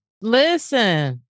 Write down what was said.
Listen